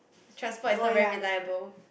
transport is not very reliable